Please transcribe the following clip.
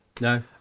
No